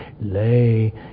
lay